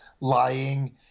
lying